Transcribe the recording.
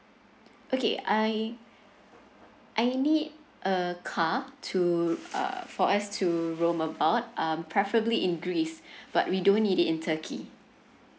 okay I I need a car to uh for us to roam abroad uh preferably in greece but we don't need it in turkey